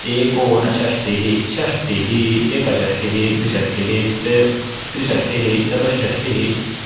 एकोनषष्टिः षष्टिः एकषष्टिः द्विषष्टिः त्र त्रिषष्टिः चतुश्षष्टिः